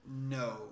No